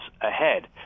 ahead